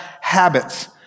habits